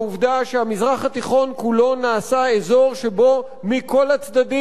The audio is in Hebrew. נעשה אזור שבו מכל הצדדים סוגים חדשים של נשק,